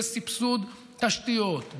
בסבסוד תשתיות,